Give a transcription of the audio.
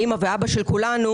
באמא ואבא של כולנו,